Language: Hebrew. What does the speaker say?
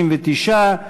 59,